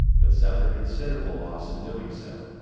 but suffered considerable loss in doing so,